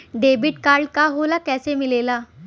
Debit card का होला कैसे मिलेला?